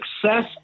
success